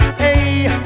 hey